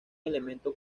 elemento